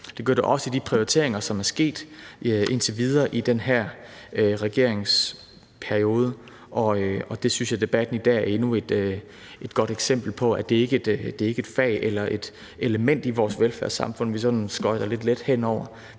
Det gør det også i de prioriteringer, som er sket indtil videre i den her regeringsperiode, og det synes jeg debatten i dag er endnu et godt eksempel på, altså at det er ikke et fag eller et element i vores velfærdssamfund, vi sådan skøjter lidt let hen over,